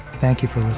thank you for